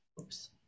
oops